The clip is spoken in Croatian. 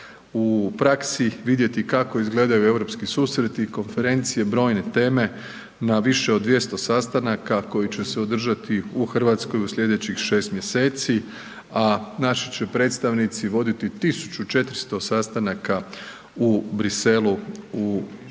u praksi vidjeti kako izgledaju europski susreti, konferencije, brojne teme na više od 200 sastanaka koji će se održati u RH u slijedećih 6 mjeseci, a naši će predstavnici voditi 1400 sastanaka u Briselu u ovoj